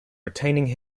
retaining